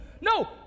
No